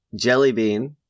Jellybean